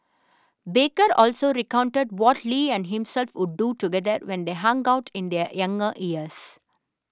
baker also recounted what Lee and himself would do together when they hung out in their younger years